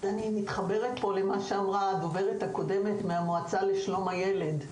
אני מתחברת למה שאמרה הדוברת הקודמת מהמועצה לשלום הילד.